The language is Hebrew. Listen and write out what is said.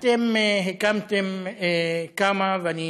מוקדים קדמיים.